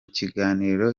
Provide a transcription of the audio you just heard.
kiganiro